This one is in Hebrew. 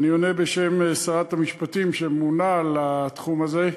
אני עונה בשם שרת המשפטים, שאמונה על התחום הזה.